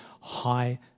high